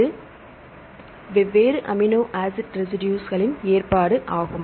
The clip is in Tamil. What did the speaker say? இது வெவ்வேறு அமினோ ஆசிட் ரெசிடுஸ்களின் ஏற்பாடு ஆகும்